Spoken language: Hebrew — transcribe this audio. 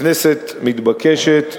הכנסת מתבקשת,